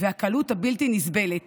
הקלות הבלתי-נסבלת